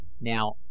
Now